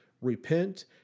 ...repent